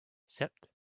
sept